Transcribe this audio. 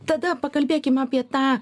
tada pakalbėkim apie tą